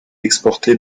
exportée